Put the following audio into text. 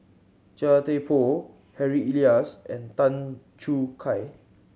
Chia Thye Poh Harry Elias and Tan Choo Kai